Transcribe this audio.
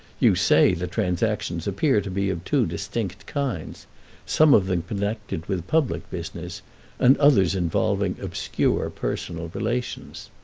you say the transactions appear to be of two distinct kinds some of them connected with public business and others involving obscure personal relations.